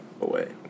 away